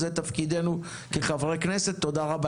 זה תפקידנו כחברי הכנסת, תודה רבה